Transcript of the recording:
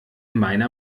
meiner